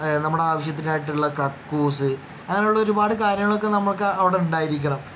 നമ്മുടെ ആവശ്യത്തിനായിട്ടുള്ള കക്കൂസ് അങ്ങനെയുള്ള ഒരുപാട് കാര്യങ്ങളൊക്കെ നമുക്ക് അവിടെ ഉണ്ടായിരിക്കണം